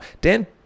Dan